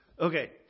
Okay